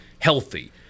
healthy